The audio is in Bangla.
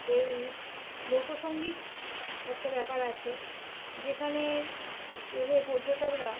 এই লোকসঙ্গীত একটা ব্যাপার আছে যেখানে এলে পর্যটকরা